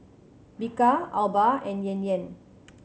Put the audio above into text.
Bika Alba and Yan Yan